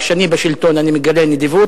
כשאני בשלטון אני מגלה נדיבות,